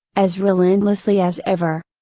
as relentlessly as ever.